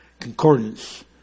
Concordance